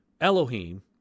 Elohim